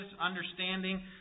understanding